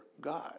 God